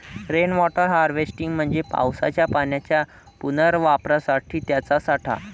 rain water harvesting म्हणजे पावसाच्या पाण्याच्या पुनर्वापरासाठी त्याचा साठा